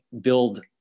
build